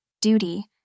duty